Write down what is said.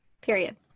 Period